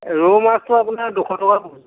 ৰৌ মাছটো আপোনাৰ দুশ টকা কৰোঁ